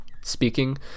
speaking